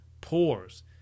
pores